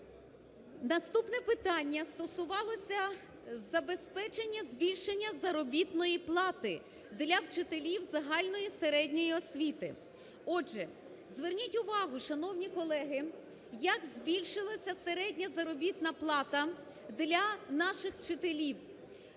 Наступне питання стосувалося забезпечення збільшення заробітної плати для вчителів загальної середньої освіти. Отже, зверніть увагу, шановні колеги, як збільшилася середня заробітна плата для наших вчителів.